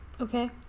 Okay